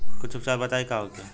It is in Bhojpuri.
कुछ उपचार बताई का होखे?